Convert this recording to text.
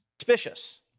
Suspicious